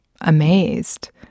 amazed